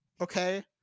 Okay